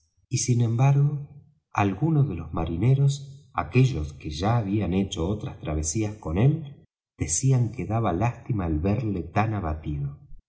y sin embargo algunos de los marineros aquellos que ya habían hecho otras travesías con él decían que daba lástima el verle tan abatido